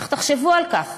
אך תחשבו על כך